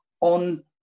on